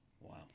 Wow